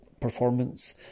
performance